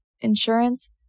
insurance